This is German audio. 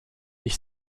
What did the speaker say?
ich